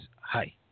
hi